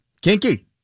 Kinky